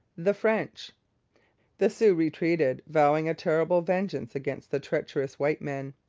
the french the sioux retreated, vowing a terrible vengeance against the treacherous white men.